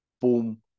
Boom